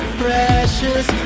precious